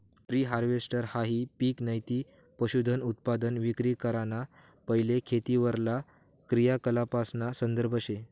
pre हारवेस्टहाई पिक नैते पशुधनउत्पादन विक्री कराना पैले खेतीवरला क्रियाकलापासना संदर्भ शे